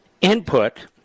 Input